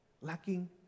lacking